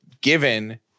given